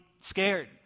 scared